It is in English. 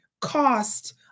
cost